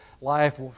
life